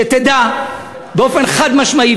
שתדע באופן חד-משמעי,